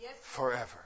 forever